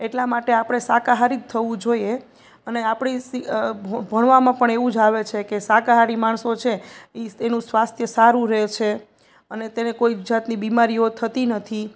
એટલા માટે આપણે શાકાહારી જ થવું જોઈએ અને આપણી ભણવામાં પણ એવું જ આવે છે કે શાકાહારી માણસો છે એ તેનું સ્વાસ્થ્ય સારું રહે છે અને તેને કોઈ જાતની બીમારીઓ થતી નથી